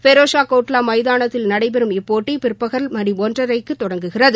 பெரோஷா கோட்லா மைதானத்தில் நடைபெறம் இப்போட்டி பிற்பகல் மணி ஒன்றரை மணிக்கு தொடங்குகிறது